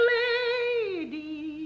lady